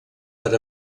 per